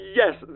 yes